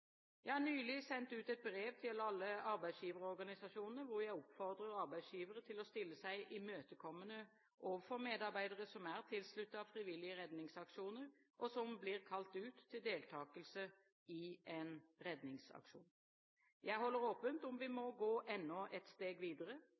Jeg har nylig sendt ut et brev til alle arbeidsgiverorganisasjonene der jeg oppfordrer arbeidsgivere til å stille seg imøtekommende overfor medarbeidere som er tilsluttet frivillige redningsorganisasjoner, og som blir kalt ut til deltakelse i en redningsaksjon. Jeg holder åpent om vi må